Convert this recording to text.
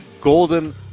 Golden